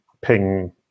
ping